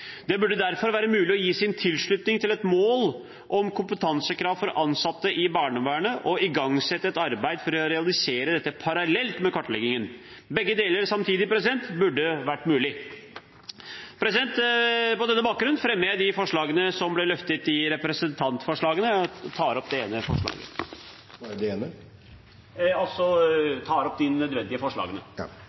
Det burde derfor være mulig å gi sin tilslutning til et mål om kompetansekrav for ansatte i barnevernet og igangsette et arbeid for å realisere dette parallelt med kartleggingen. Begge deler samtidig burde vært mulig. På denne bakgrunn fremmer jeg Venstres forslag i sakene nr. 6 og 8. Representanten Abid Q. Raja har tatt opp de forslagene